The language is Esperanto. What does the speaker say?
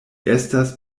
estas